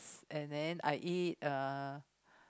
and then I eat uh